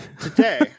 today